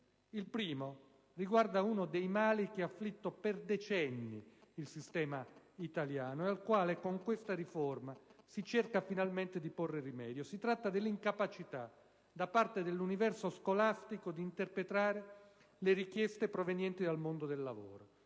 Il primo riguarda uno dei mali che ha afflitto per decenni il sistema italiano e al quale, con questa riforma, si cerca finalmente di porre rimedio. Si tratta dell'incapacità da parte dell'universo scolastico di interpretare le richieste provenienti dal mondo del lavoro.